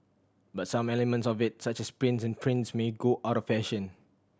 but some elements of it such as prints on prints may go out of fashion